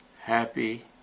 happy